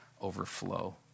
overflow